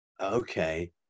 Okay